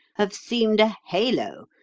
have seemed a halo,